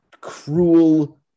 cruel